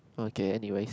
okay n_u_s